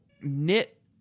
knit